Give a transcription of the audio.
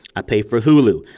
i pay for hulu.